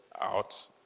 out